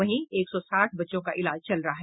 वहीं एक सौ साठ बच्चों का इलाज चल रहा है